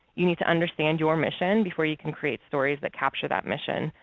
you need to understand your mission before you can create stories that capture that mission.